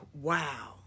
wow